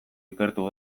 ikertu